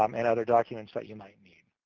um and other documents that you might need.